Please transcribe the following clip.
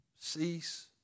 cease